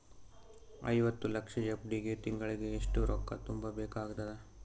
ಐವತ್ತು ಲಕ್ಷ ಎಫ್.ಡಿ ಗೆ ತಿಂಗಳಿಗೆ ಎಷ್ಟು ರೊಕ್ಕ ತುಂಬಾ ಬೇಕಾಗತದ?